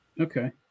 Okay